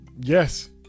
Yes